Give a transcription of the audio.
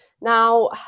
Now